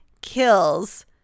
kills